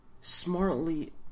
smartly